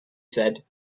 said